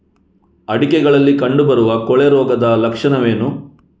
ಅಡಿಕೆಗಳಲ್ಲಿ ಕಂಡುಬರುವ ಕೊಳೆ ರೋಗದ ಲಕ್ಷಣವೇನು?